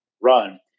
run